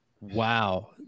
Wow